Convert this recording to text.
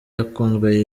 yakunzwe